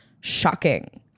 shocking